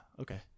okay